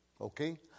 Okay